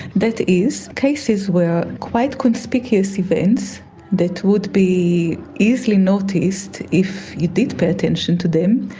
that is cases where quite conspicuous events that would be easily noticed if you did pay attention to them,